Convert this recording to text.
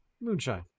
moonshine